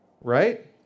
right